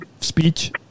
speech